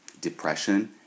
depression